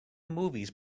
movies